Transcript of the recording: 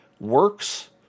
works